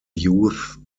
youth